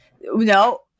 no